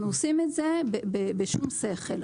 אנחנו עושים את זה בשום שכל.